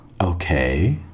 Okay